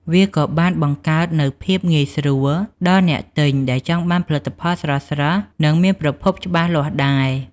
វាក៏បានបង្កើតនូវភាពងាយស្រួលដល់អ្នកទិញដែលចង់បានផលិតផលស្រស់ៗ និងមានប្រភពច្បាស់លាស់ដែរ។